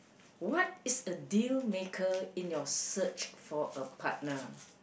what is the deal maker in your search for a partner